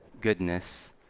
goodness